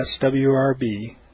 swrb